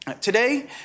Today